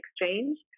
exchange